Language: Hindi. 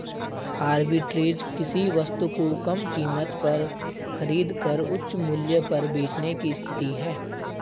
आर्बिट्रेज किसी वस्तु को कम कीमत पर खरीद कर उच्च मूल्य पर बेचने की स्थिति है